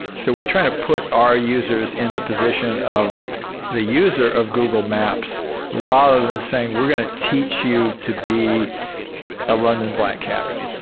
so we're trying to put our users in the position of the user of google maps rather than saying, we're going to teach you to be a london black cabbie.